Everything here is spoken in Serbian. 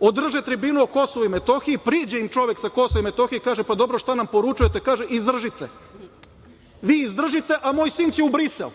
Održe tribinu o KiM i priđe im čovek sa KiM i kaže – pa, dobro, šta nam poručujete, kaže – izdržite. Vi izdržite, a moj sin će u Brisel.